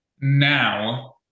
now